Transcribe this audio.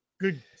good